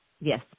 Yes